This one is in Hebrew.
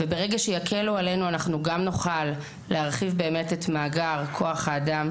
ברגע שיקלו עלינו נוכל להרחיב את מאגר כוח האדם,